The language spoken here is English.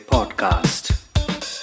Podcast